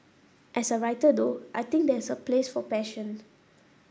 as a writer though I think there is a place for passion